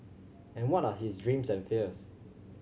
and what are his dreams and fears